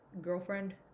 girlfriend